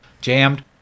jammed